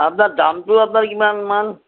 আপ্নাৰ দামটো আপ্নাৰ কিমানমান